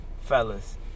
fellas